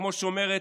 כמו שאמרה,